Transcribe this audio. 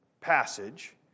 passage